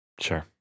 Sure